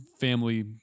family